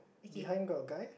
behind got a guy